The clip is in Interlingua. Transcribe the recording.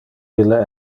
ille